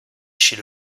chez